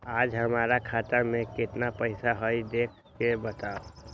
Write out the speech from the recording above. आज हमरा खाता में केतना पैसा हई देख के बताउ?